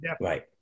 Right